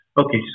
Okay